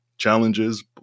challenges